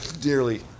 dearly